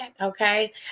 okay